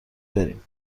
بریم